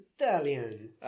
Italian